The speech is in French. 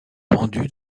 pendu